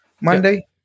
Monday